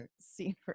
scenery